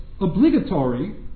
obligatory